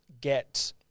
get